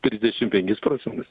trisdešim penkis procentus